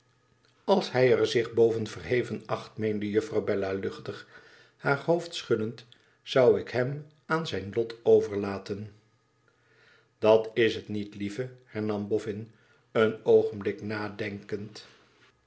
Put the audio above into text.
als hij er zich boven verheven acht meende juffrouw bella luchtig haar hoofd schuddend zou ik hem aan zijn lot overlaten dat is het niet lieve hernam boffin een oogenblik nadenkend